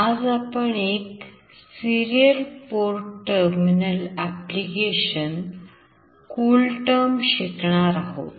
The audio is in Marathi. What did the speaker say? आज आपण Serial Port Terminal Application शिकणार आहोत